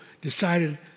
decided